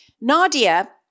Nadia